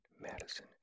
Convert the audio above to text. Madison